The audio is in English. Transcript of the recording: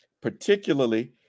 Particularly